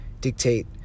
dictate